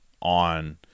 on